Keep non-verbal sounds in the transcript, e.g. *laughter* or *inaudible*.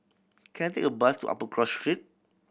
*noise* can I take a bus to Upper Cross Street